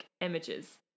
images